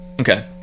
okay